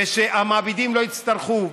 ושהמעבידים לא יצטרכו,